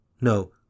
No